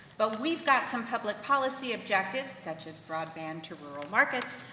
but we've got some public policy objectives, such as broadband to rural markets.